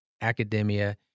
academia